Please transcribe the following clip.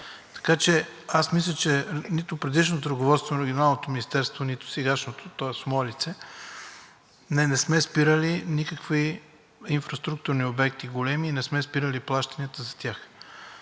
кабинет. Аз мисля, че нито предишното ръководство на Регионалното министерство, нито сегашното, тоест в мое лице, не сме спирали никакви големи инфраструктурни обекти, не сме спирали плащанията за тях.